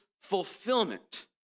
fulfillment